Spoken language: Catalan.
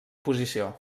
posició